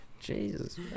Jesus